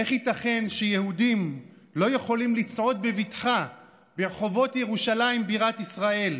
איך ייתכן שיהודים לא יכולים לצעוד בבטחה ברחובות ירושלים בירת ישראל,